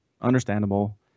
understandable